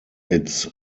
its